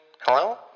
Hello